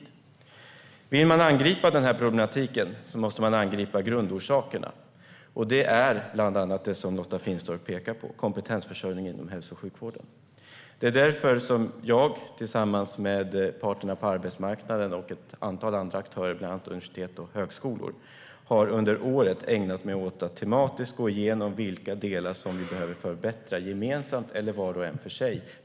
Om man vill angripa den här problematiken måste man angripa grundorsakerna. En av dem är bland annat det som Lotta Finstorp pekar på, kompetensförsörjningen inom hälso och sjukvården. För att komma till rätta med kompetensförsörjningen har jag, tillsammans med parterna på arbetsmarknaden och ett antal andra aktörer, bland annat universitet och högskolor, under året ägnat mig åt att tematiskt gå igenom vilka delar vi behöver förbättra - gemensamt eller var och en för sig.